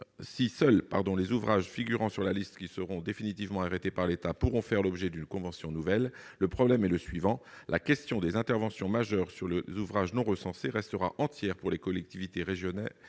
Si seuls les ouvrages figurant sur la liste qui sera définitivement arrêtée par l'État pourront faire l'objet d'une convention nouvelle, le problème est donc le suivant : la question des interventions majeures sur les ouvrages non recensés restera entière pour les collectivités gestionnaires